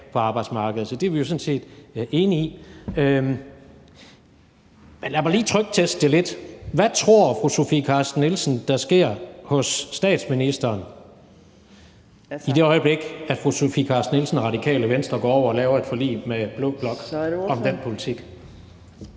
på arbejdsmarkedet. Så det er vi jo sådan set enige i. Men lad mig lige trykteste det lidt. Hvad tror fru Sofie Carsten Nielsen der sker hos statsministeren, i det øjeblik fru Sofie Carsten Nielsen og Radikale Venstre går over og laver et forlig med blå blok om den politik?